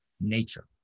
nature